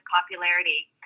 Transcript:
popularity